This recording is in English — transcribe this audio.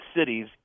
cities